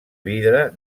vidre